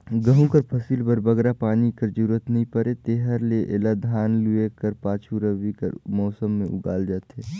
गहूँ कर फसिल बर बगरा पानी कर जरूरत नी परे तेकर ले एला धान लूए कर पाछू रबी कर मउसम में उगाल जाथे